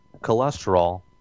cholesterol